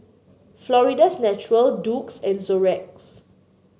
Florida's Natural Doux and Xorex